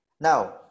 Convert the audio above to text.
Now